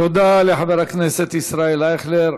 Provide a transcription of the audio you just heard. תודה לחבר הכנסת ישראל אייכלר.